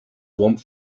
want